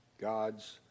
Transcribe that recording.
God's